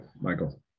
Michael